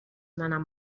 منم